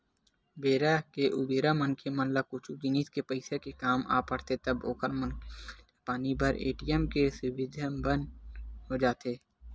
बेरा के उबेरा मनखे मन ला कुछु जिनिस के पइसा के काम आ पड़थे तब ओखर मन के खरचा पानी बर ए.टी.एम के सुबिधा ह बने हो जाथे